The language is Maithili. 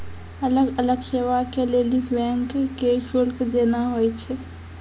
अलग अलग सेवा के लेली बैंक के शुल्क देना होय छै